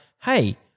hey